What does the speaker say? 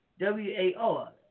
WAR